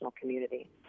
community